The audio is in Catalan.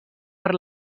per